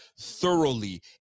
thoroughly